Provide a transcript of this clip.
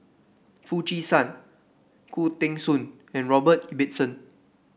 Foo Chee San Khoo Teng Soon and Robert Ibbetson